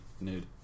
nude